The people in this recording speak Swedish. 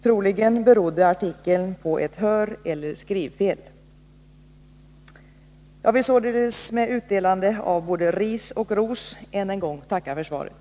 Troligen berodde artikeln på ett höreller skrivfel. Jag vill således, med utdelande av både ris och ros, än en gång tacka för svaret.